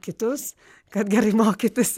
kitus kad gerai mokytųsi